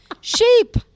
Sheep